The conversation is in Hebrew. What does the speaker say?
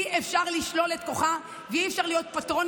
אי-אפשר לשלול את כוחה ואי-אפשר להיות פטרון